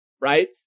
right